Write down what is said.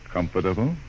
Comfortable